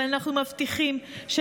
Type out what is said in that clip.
אבל אנחנו מבטיחים, תודה רבה.